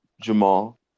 Jamal